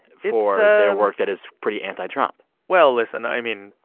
for their work that is pretty anti-trump well, listen i mean,